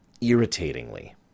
irritatingly